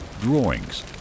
drawings